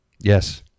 yes